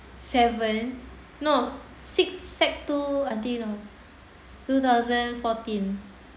seven no six set to I think you know two thousand fourteen